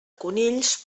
conills